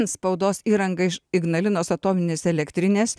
spaudos įranga iš ignalinos atominės elektrinės